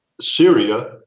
Syria